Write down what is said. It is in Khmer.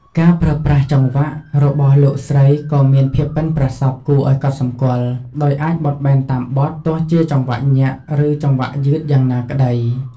ការប្រើប្រាស់ ចង្វាក់ របស់លោកស្រីក៏មានភាពប៉ិនប្រសប់គួរឲ្យកត់សម្គាល់ ដោយអាចបត់បែនតាមបទទោះជាចង្វាក់ញាក់ ឬចង្វាក់យឺតយ៉ាងណាក្ដី។